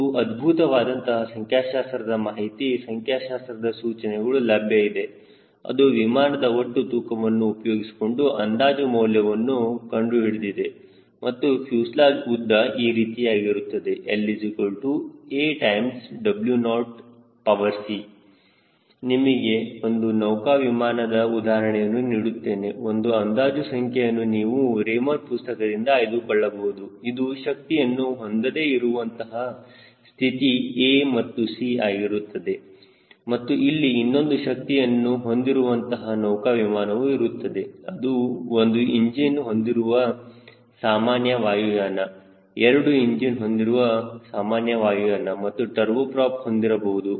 ಒಂದು ಅದ್ಭುತವಾದಂತಹ ಸಂಖ್ಯಾಶಾಸ್ತ್ರದ ಮಾಹಿತಿ ಸಂಖ್ಯಾಶಾಸ್ತ್ರದ ಸೂಚನೆಗಳು ಲಭ್ಯ ಇದೆ ಅದು ವಿಮಾನದ ಒಟ್ಟು ತೂಕವನ್ನು ಉಪಯೋಗಿಸಿಕೊಂಡು ಅಂದಾಜು ಮೌಲ್ಯವನ್ನು ಕಂಡುಹಿಡಿದಿದೆ ಹಾಗೂ ಫ್ಯೂಸೆಲಾಜ್ ಉದ್ದ ಈ ರೀತಿಯಾಗಿರುತ್ತದೆ LaW0c ನಿಮಗೆ ಒಂದು ನೌಕಾ ವಿಮಾನದ ಉದಾಹರಣೆಯನ್ನು ನೀಡುತ್ತೇನೆ ಒಂದು ಅಂದಾಜು ಸಂಖ್ಯೆಯನ್ನು ನೀವು ರೇಮರ್ ಪುಸ್ತಕದಿಂದ ಆಯ್ದುಕೊಳ್ಳಬಹುದು ಇದು ಶಕ್ತಿಯನ್ನು ಹೊಂದದೇ ಇರುವಂತಹ ಸ್ಥಿತಿ a ಮತ್ತು c ಆಗಿರುತ್ತದೆ ಮತ್ತು ಇಲ್ಲಿ ಇನ್ನೊಂದು ಶಕ್ತಿಯನ್ನು ಹೊಂದಿರುವಂತಹ ನೌಕಾ ವಿಮಾನವು ಇರುತ್ತದೆ ಅದು ಒಂದು ಇಂಜಿನ್ ಹೊಂದಿರುವ ಸಾಮಾನ್ಯ ವಾಯುಯಾನ ಎರಡು ಇಂಜಿನ್ ಹೊಂದಿರುವ ಸಾಮಾನ್ಯ ವಾಯುಯಾನ ಮತ್ತು ಟರ್ಬೋ ಪ್ರಾಪ್ ಹೊಂದಿರಬಹುದು